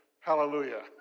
Hallelujah